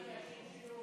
כי השם שלו הוא חיים.